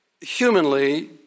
humanly